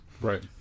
Right